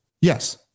Yes